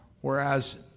whereas